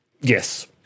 Yes